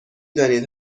دانید